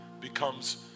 becomes